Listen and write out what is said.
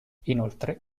inoltre